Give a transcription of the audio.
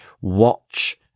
watch